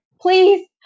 Please